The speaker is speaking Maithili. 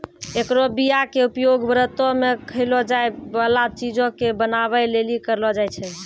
एकरो बीया के उपयोग व्रतो मे खयलो जाय बाला चीजो के बनाबै लेली करलो जाय छै